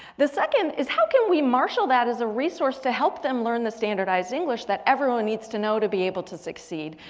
the second is how can we marshal that as a resource to help them learn the standardized english that everyone needs to know to be able to succeed.